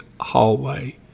hallway